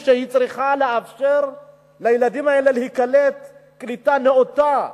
שצריכה לאפשר לילדים האלה להיקלט קליטה נאותה.